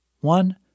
One